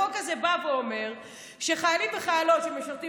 החוק הזה בא ואומר שחיילים וחיילות שמשרתים